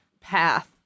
path